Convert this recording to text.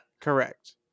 Correct